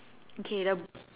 okay the